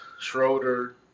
Schroeder